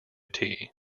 tea